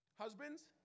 Husbands